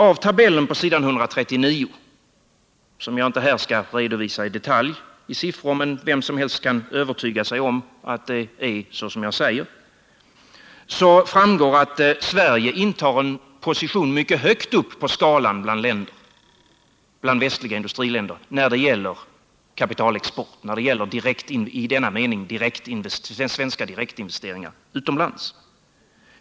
Av tabellen på s. 139 —- som jag här inte skall redovisa i detalj isiffror, men där vem som helst kan övertyga sig om att det är så som jag säger —- framgår att Sverige intar en position mycket högt upp på skalan bland västliga industriländer när det gäller kapitalexport i denna mening, svensk direktinvestering utomlands.